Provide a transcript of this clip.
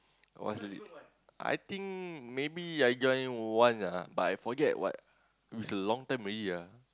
I was the lead I think maybe I join one ah but I forget what is a long time already ah